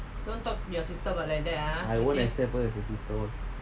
I won't accept her as a sister